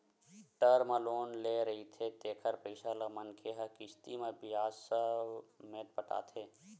term loan ले रहिथे तेखर पइसा ल मनखे ह किस्ती म बियाज ससमेत पटाथे